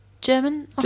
German